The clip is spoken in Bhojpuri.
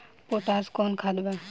पोटाश कोउन खाद बा?